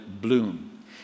bloom